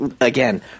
again